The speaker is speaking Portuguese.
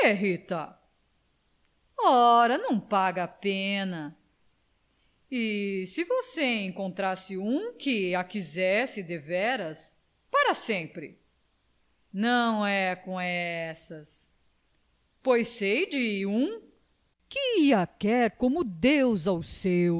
rita ora não paga a pena e se você encontrasse um que a quisesse deveras para sempre não é com essas pois sei de um que a quer como deus aos seus